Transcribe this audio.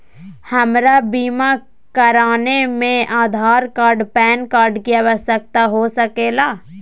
हमरा बीमा कराने में आधार कार्ड पैन कार्ड की आवश्यकता हो सके ला?